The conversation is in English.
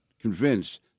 convinced